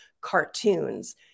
cartoons